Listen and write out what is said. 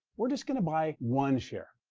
we're just going to buy one share.